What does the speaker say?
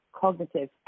cognitive